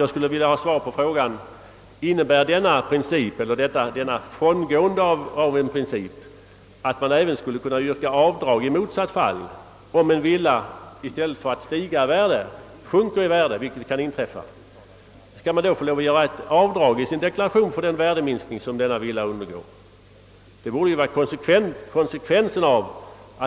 Jag skulle vilja ha svar på frågan: Innebär detta frångående av en princip att man även skulle kunna yrka avdrag, om en villa i stället för att stiga sjunker i värde, vilket dock kan inträffa? Får man då göra avdrag i sin deklaration för den värdeminskning som denna villa undergår? Det borde vara konsekvensen när